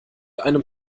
einem